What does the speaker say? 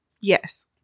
Yes